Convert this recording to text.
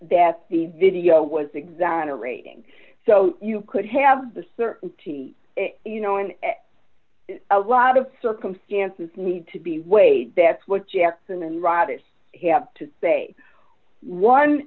that the video was exonerating so you could have the certainty you know and a lot of circumstances need to be weighed that's what jackson and rogers have to say one